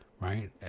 right